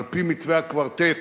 על-פי מתווה הקוורטט,